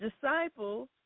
disciples